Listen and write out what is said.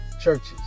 churches